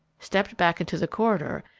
stepped back into the corridor,